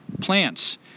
plants